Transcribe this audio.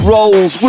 Rolls